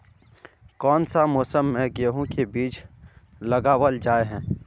कोन सा मौसम में गेंहू के बीज लगावल जाय है